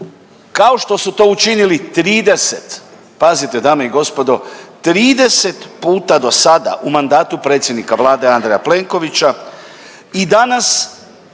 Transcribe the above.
kao što su to učinili 30, pazite dame i gospodo 30 puta do sada u mandatu predsjednika Vlade Andreja Plenkovića i danas